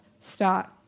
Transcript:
start